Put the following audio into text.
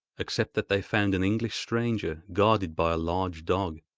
except that they found an english stranger, guarded by a large dog.